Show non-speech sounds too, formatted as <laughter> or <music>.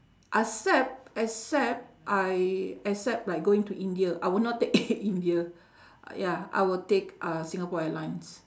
except except I except like going to India I will not take <laughs> air india <breath> ya I will take uh singapore airlines